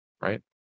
Right